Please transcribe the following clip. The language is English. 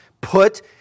put